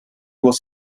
was